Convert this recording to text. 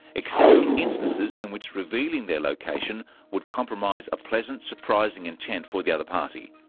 except in instances in which revealing their location would compromise a pleasant, surprising intent for the other party.